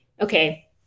okay